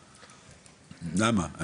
למה?